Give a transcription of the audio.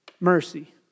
mercy